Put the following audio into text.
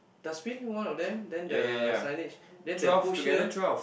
does we knew one of them then the signage then they push here